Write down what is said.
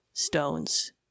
Stones